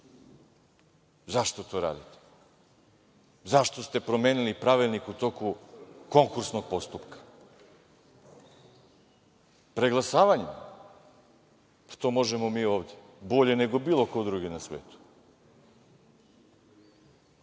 Zašto to radite? Zašto ste promenili Pravilnik u toku konkursnog postupka? Preglasavanje? Pa, to možemo mi ovde, bolje nego bilo ko drugi na svetu. Znači,